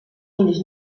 ulls